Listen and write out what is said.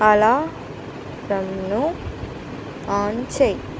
alarm ను on చేయి